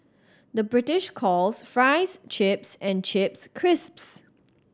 the British calls fries chips and chips crisps